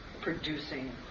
producing